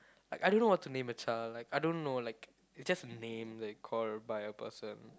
I I don't know what to name a child like I don't know like it's just a name that called by a person